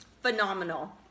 phenomenal